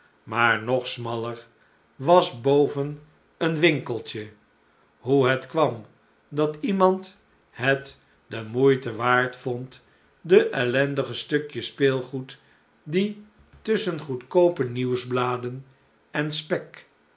maar nog smaller was boven een winkeltje hoe het kwam dat iemand het de moeite waard vond de ellendige stukjes speelgoed die tusschen goedkoope nieuwsbladen en spek